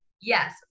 Yes